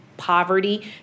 Poverty